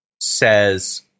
says